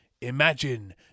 imagine